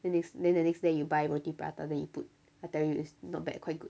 then next then the next day you buy roti prata then you put I tell you it's not bad quite good